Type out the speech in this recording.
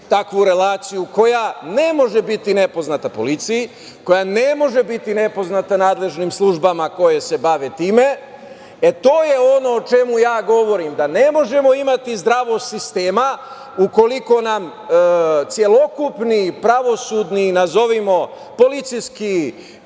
takvu relaciju koja ne može biti nepoznata policiji, koja ne može biti nepoznata nadležnim službama koje se bave time. To je ono o čemu ja govorim da ne možemo imati zdravog sistema ukoliko nam celokupni, pravosudni, nazovimo, policijski